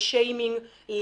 לשיימינג,